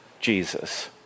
Jesus